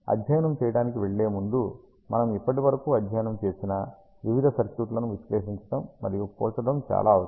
అధ్యయనం చేయటానికి వెళ్ళే ముందు మనం ఇప్పటి వరకు అధ్యయనం చేసిన వివిధ సర్క్యూట్లను విశ్లేషించడం మరియు పోల్చడం చాలా అవసరం